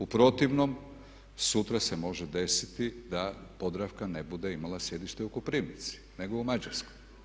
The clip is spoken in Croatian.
U protivnom sutra se može desiti da Podravka ne bude imala sjedište u Koprivnici, nego u Mađarskoj.